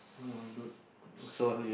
no I'm good okay